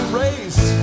race